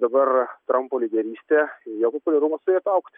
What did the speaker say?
dabar trampo lyderystė jo populiarumas turėtų augti